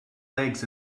legs